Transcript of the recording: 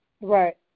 Right